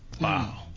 Wow